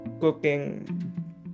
cooking